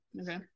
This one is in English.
Okay